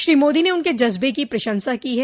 श्री मोदी ने उनके जज्बे की प्रशंसा की है